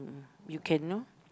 you can know